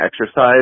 exercise